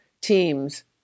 teams